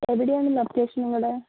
എവിടെയാണ് ലൊക്കേഷൻ നിങ്ങളുടെ